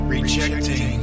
Rejecting